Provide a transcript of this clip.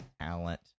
talent